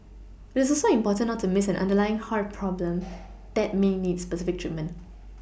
it is also important not to Miss an underlying heart problem that may need specific treatment